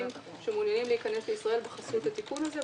שמעוניינים להיכנס לישראל בחסות התיקון הזה.